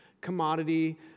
commodity